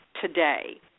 today